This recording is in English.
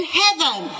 heaven